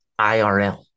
IRL